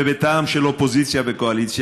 ובטעם של קואליציה ואופוזיציה,